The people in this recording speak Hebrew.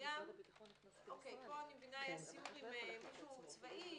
וגם אני מבינה שהיה סיור עם מישהו צבאי,